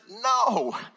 no